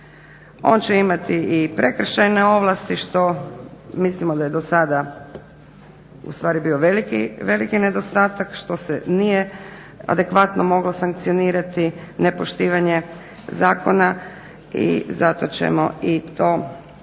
On će imati i prekršajne ovlasti što mislimo da je do sada ustvari bio veliki nedostatak što se nije adekvatno moglo sankcionirati. Nepoštivanje zakona i zato ćemo i to naravno